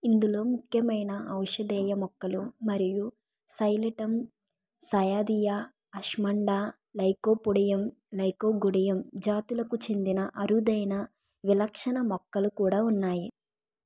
ఇందులో ముఖ్యమైన ఔషధేయ మొక్కలు మరియు సైలటమ్ సయాథియా అష్మండా లైకోపొడియం లైకోగొడియం జాతులకు చెందిన అరుదైన విలక్షణ మొక్కలు కూడా ఉన్నాయి